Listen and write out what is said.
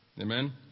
Amen